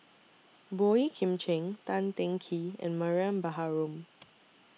Boey Kim Cheng Tan Teng Kee and Mariam Baharom